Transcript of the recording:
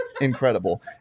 incredible